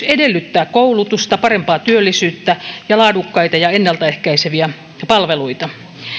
edellyttää koulutusta parempaa työllisyyttä ja laadukkaita ja ennaltaehkäiseviä palveluita